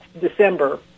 December